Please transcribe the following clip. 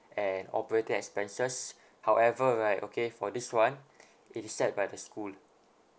and operating expenses however right okay for this one it is set by the school